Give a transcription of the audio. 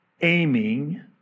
aiming